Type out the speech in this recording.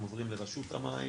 הם עוברים לרשות המים